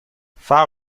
فرق